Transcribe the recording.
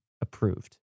approved